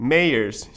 Mayors